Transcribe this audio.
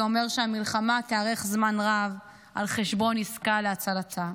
אומר שהמלחמה תארך זמן רב על חשבון העסקה להצלתה.